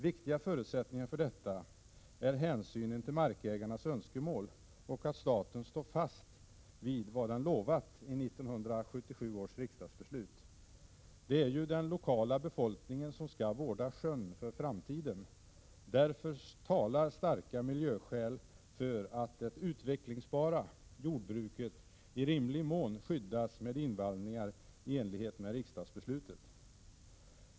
Viktiga förutsättningar för detta är att hänsyn tas till markägarnas önskemål och att staten står fast vid vad den lovat i 1977 års riksdagsbeslut. Det är ju den lokala befolkningen som skall vårda sjön för framtiden. Därför talar starka miljöskäl för att det utvecklingsbara jordbruket i rimlig mån skyddas med invallningar i enlighet med riksdagsbeslutet.